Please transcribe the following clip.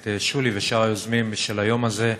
את שולי ושאר היוזמים של היום הזה.